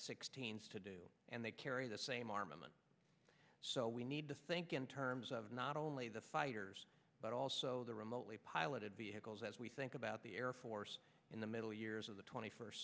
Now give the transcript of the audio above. sixteen s to do and they carry the same armament so we need to think in terms of not only the fighters but also the remotely piloted vehicles as we think about the air force in the middle years of the twenty first